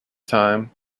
time